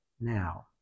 now